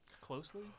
closely